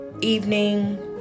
evening